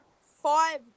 five